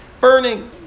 burning